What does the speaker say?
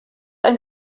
ein